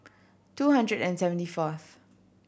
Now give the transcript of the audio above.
two hundred and seventy fourth